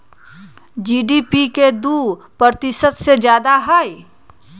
GDP के दु प्रतिशत से जादा हई